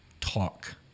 talk